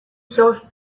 those